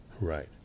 Right